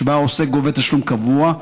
שבה העוסק גובה תשלום קבוע,